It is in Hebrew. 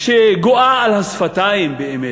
שגואה על השפתיים באמת,